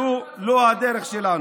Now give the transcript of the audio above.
זו לא הדרך שלנו.